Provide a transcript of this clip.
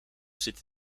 zit